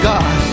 God